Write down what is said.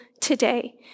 today